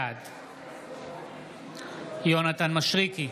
בעד יונתן מישרקי,